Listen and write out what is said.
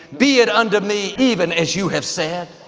be it unto me even as you have said.